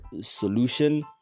Solution